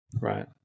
Right